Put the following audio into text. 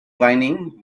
whinnying